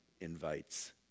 invites